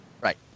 Right